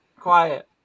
quiet